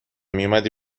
میومدی